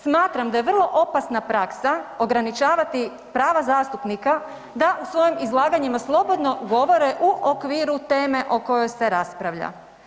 Smatram da je vrlo opasna praksa ograničavati prava zastupnika da u svojim izlaganjima slobodno govore u okviru temu o kojoj se raspravlja.